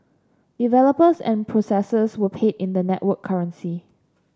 developers and processors were paid in the network currency